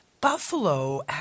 Buffalo